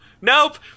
Nope